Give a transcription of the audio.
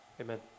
Amen